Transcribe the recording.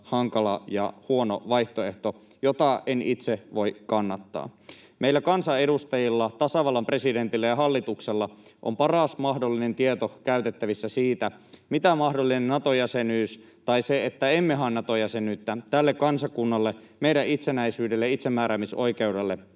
hankala ja huono vaihtoehto, jota en itse voi kannattaa. Meillä kansanedustajilla, tasavallan presidentillä ja hallituksella on paras mahdollinen tieto käytettävissä siitä, mitä mahdollinen Nato-jäsenyys tai se, että emme hae Nato-jäsenyyttä, tälle kansakunnalle, meidän itsenäisyydellemme ja itsemääräämisoikeudellemme